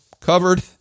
Covered